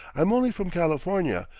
i'm only from california,